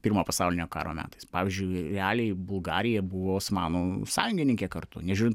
pirmo pasaulinio karo metais pavyzdžiui realiai bulgarija buvo osmanų sąjungininkė kartu nežiūrint